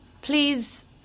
Please